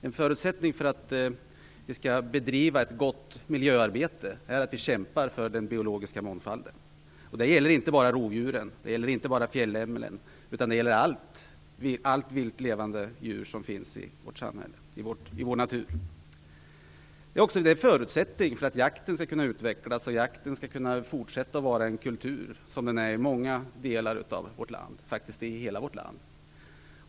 En förutsättning för ett gott miljöarbete är att vi kämpar för den biologiska mångfalden. Det gäller inte bara rovdjuren och fjällämmeln, utan alla vilt levande djur i vår natur. Det är också en förutsättning för att jakten skall kunna utvecklas och fortsätta att vara den kulturyttring den är i hela vårt land.